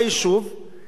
ובהתאמה